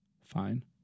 fine